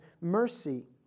mercy